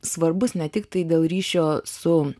svarbus ne tiktai dėl ryšio su